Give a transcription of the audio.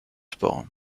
sport